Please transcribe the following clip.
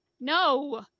no